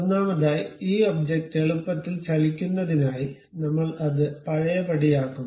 ഒന്നാമതായി ഈ ഒബ്ജക്റ്റ് എളുപ്പത്തിൽ ചലിക്കുന്നതിനായി നമ്മൾ അത് പഴയപടിയാക്കുന്നു